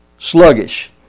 sluggish